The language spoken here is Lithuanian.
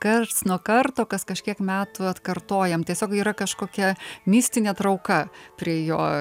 karts nuo karto kas kažkiek metų atkartojam tiesiog yra kažkokia mistinė trauka prie jo